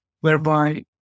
whereby